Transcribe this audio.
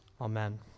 amen